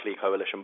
coalition